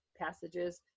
passages